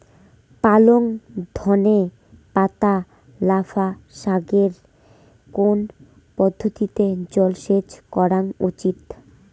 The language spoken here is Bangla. পালং ধনে পাতা লাফা শাকে কোন পদ্ধতিতে জল সেচ করা উচিৎ?